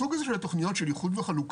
הסוג הזה של התוכניות של איחוד וחלוקה,